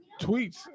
tweets